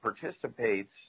participates